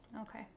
Okay